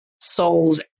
souls